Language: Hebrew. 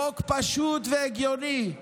זה חוק פשוט והגיוני,